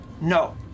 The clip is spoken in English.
No